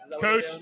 Coach